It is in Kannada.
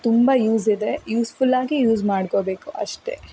ತುಂಬ ಯೂಸ್ ಇದೆ ಯೂಸ್ಫುಲ್ಲಾಗಿ ಯೂಸ್ ಮಾಡ್ಕೊಬೇಕು ಅಷ್ಟೆ